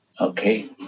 Okay